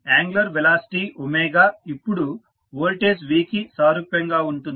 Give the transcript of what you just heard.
angular velocity ఇప్పుడు voltage V కి సారూప్యంగా ఉంటుంది